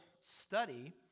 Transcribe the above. study